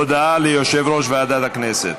הודעה ליושב-ראש ועדת הכנסת.